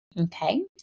Okay